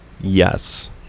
Yes